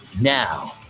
Now